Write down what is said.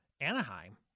Anaheim